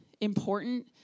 important